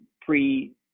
pre